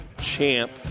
champ